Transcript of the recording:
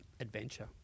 adventure